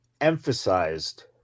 emphasized